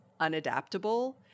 unadaptable